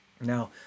Now